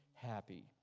Happy